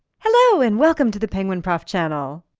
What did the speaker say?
hello, and welcome to thepenguinprof channel!